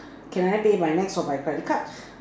can I pay by nets or by credit card